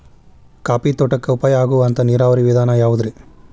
Coffee ತೋಟಕ್ಕ ಉಪಾಯ ಆಗುವಂತ ನೇರಾವರಿ ವಿಧಾನ ಯಾವುದ್ರೇ?